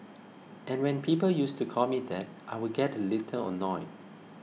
and when people used to call me that I would get a little annoyed